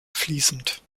fließend